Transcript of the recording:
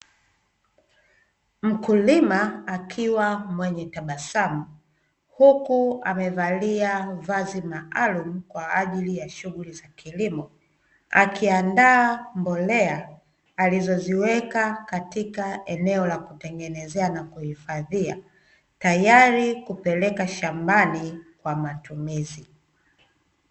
Mkulima akiwa mwenye tabasamu, huku amevalia vazi maalumu kwa ajili ya shughuli za kilimo, akiandaa mbolea alizoziweka katika eneo la kutengenezea na kuhifadhia, tayari kupeleka shambani kwa matumizi.